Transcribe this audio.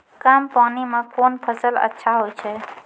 कम पानी म कोन फसल अच्छाहोय छै?